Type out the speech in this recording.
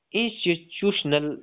institutional